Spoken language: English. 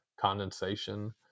condensation